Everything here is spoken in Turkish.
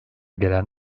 gelen